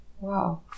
Wow